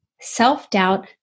Self-doubt